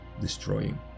destroying